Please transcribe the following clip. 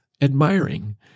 admiring